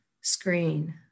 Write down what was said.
screen